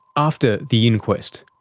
after the inquest.